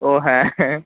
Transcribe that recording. ও হ্যাঁ হ্যাঁ